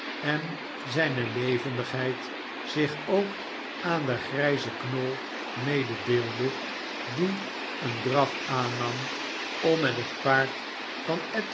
en zijne levendigheid zich ook aan den grijzen knol mededeelde die een draf aannam om met het paard van